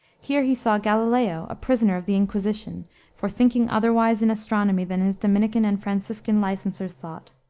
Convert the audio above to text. here he saw galileo, a prisoner of the inquisition for thinking otherwise in astronomy than his dominican and franciscan licensers thought.